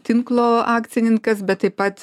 tinklo akcininkas bet taip pat